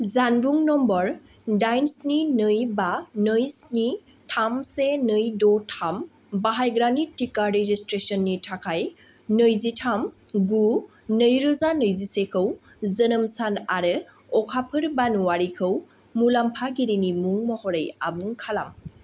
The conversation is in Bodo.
जानबुं नम्बर दाइन स्नि नै बा नै स्नि थाम से नै द' थाम बाहायग्रानि टिका रेजिस्ट्रेसननि थाखाय नैजिथाम गु नैरोजा नैजिसेखौ जोनोम सान आरो अखाफोर बानुवारिखौ मुलाम्फागिरिनि मुं महरै आबुं खालाम